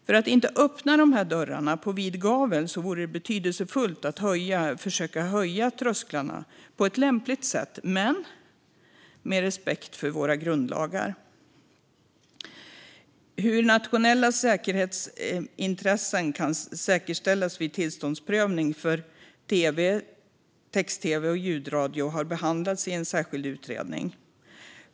För att inte öppna dessa dörrar på vid gavel vore det betydelsefullt att försöka höja trösklarna på ett lämpligt sätt, men med respekt för våra grundlagar. Hur nationella säkerhetsintressen kan säkerställas vid tillståndsprövning för tv, text-tv och ljudradio har behandlats i en särskild utredning.